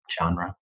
genre